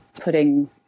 putting